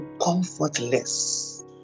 comfortless